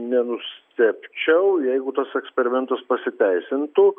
nenustebčiau jeigu tas eksperimentas pasiteisintų